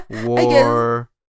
war